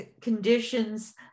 conditions